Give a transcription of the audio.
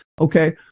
okay